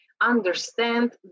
understand